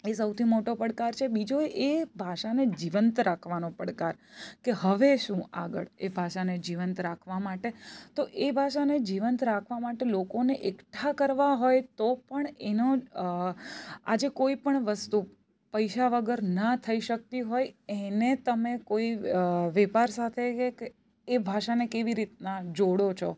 એ સૌથી મોટો પડકાર છે બીજો એ ભાષાને જીવંત રાખવાનો પડકાર કે હવે શું આગળ એ ભાષાને જીવંત રાખવા માટે તો એ ભાષાને જીવંત રાખવા માટે લોકોને એકઠા કરવા હોય તો પણ એનો આજે કોઈ પણ વસ્તુ પૈસા વગર ના થઈ શકતી હોય એને તમે કોઈ વેપાર સાથે એક એ ભાષાને કેવી રીતના જોડો છો